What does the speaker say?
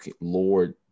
lord